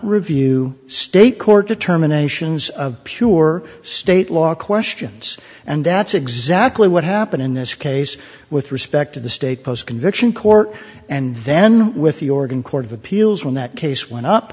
review state court determinations of pure state law questions and that's exactly what happened in this case with respect to the state post conviction court and then with the oregon court of appeals when that case went up